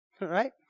right